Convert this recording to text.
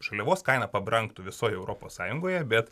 žaliavos kaina pabrangtų visoj europos sąjungoje bet